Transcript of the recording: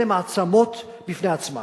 אלה מעצמות בפני עצמן.